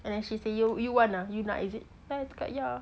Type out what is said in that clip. then she say you you want you nak is it then I cakap ya